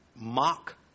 mock